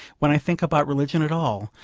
when i think about religion at all,